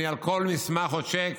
אני על כל מסמך רושם,